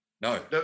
no